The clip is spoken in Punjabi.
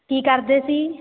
ਕੀ ਕਰਦੇ ਸੀ